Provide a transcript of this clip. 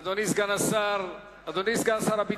אדוני סגן שר הביטחון,